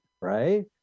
right